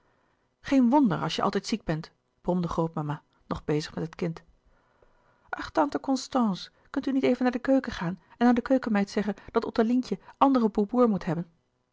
geen wonder als je altijd ziek bent bromde grootmama nog bezig met het kind ach tante constance kan u niet even naar de keuken gaan en aan de keukenmeid zeggen dat ottelientje andere boeboer moet hebben